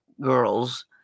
girls